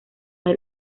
del